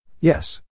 Yes